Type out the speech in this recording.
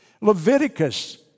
Leviticus